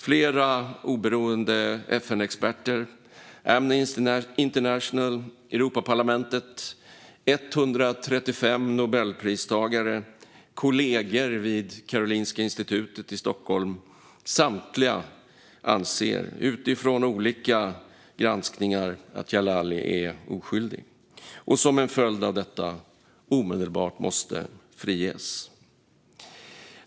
Flera oberoende FN-experter, Amnesty International, Europaparlamentet, 135 Nobelpristagare, kollegor vid Karolinska institutet i Stockholm - samtliga anser utifrån olika granskningar att Djalali är oskyldig och som en följd av detta omedelbart måste friges.